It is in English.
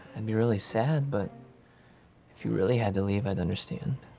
and be really sad, but if you really had to leave, i'd understand.